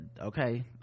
okay